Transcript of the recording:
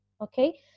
okay